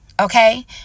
okay